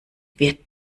wird